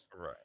Right